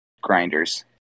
grinders